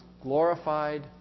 glorified